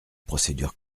procédures